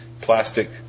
Plastic